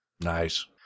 Nice